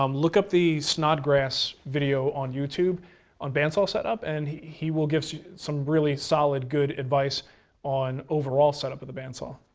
um look up the snodgrass video on youtube on bandsaw setup and he will give some really solid good advice on overall setup of the bandsaw.